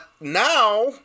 now